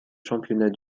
championnats